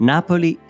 Napoli